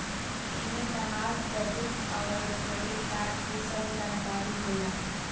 एमे तहार डेबिट अउर क्रेडित कार्ड के सब जानकारी होला